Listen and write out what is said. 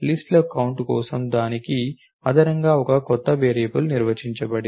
list లో count కోసం దానికి అదనంగా ఒక కొత్త వేరియబుల్ నిర్వచించబడింది